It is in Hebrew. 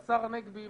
השר הנגבי,